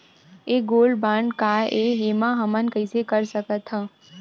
ये gold bond काय ए एमा हमन कइसे कर सकत हव?